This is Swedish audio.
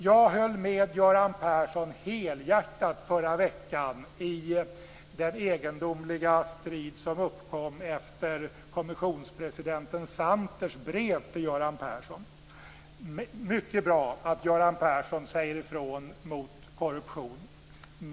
Jag höll med Göran Persson helhjärtat i förra veckan i den egendomliga strid som uppkom efter kommissionspresidenten Santers brev till Göran Persson. Det är mycket bra att Göran Persson säger ifrån mot korruption.